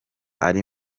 ari